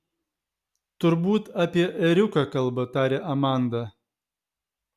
turbūt apie ėriuką kalba tarė amanda